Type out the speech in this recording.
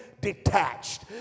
detached